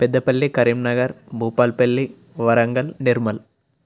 Peddapalli Karimnagar Bhupalpalli Warangal Nirmal